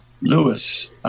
Lewis